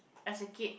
as a kid